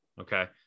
Okay